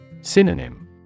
Synonym